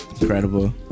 incredible